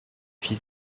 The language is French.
fils